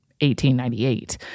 1898